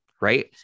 right